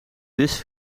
zus